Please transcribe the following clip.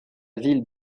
ville